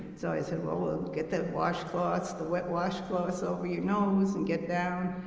so, i said, well, we'll get the washcloths, the wet washcloths, over your nose and get down.